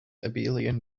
abelian